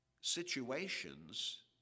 situations